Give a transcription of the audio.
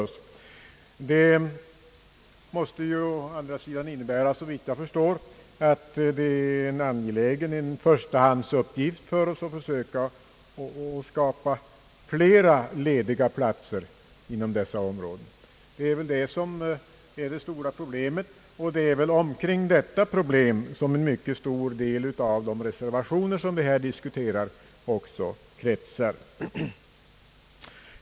Vidare måste det innebära att det är en förstahandsuppgift för oss att försöka skapa flera lediga platser inom dessa områden. Det är väl det som är det stora problemet, och det är väl kring detta som en mycket stor del av de reservationer som vi här diskuterar också kretsar.